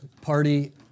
party